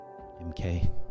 MK